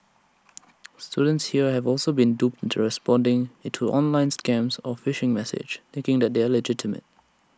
students here have also been duped into responding into online scams or phishing message thinking that they are legitimate